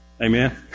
Amen